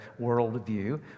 worldview